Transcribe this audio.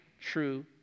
true